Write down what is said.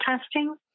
testing